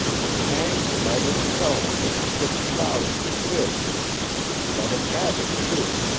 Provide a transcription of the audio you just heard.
and hanged if i didn't tell him that the fifty thousand was his and let him have it, too.